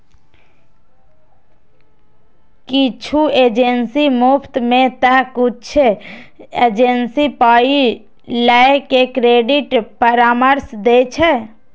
किछु एजेंसी मुफ्त मे तं किछु एजेंसी पाइ लए के क्रेडिट परामर्श दै छै